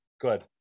Good